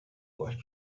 uwacu